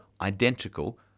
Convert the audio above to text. identical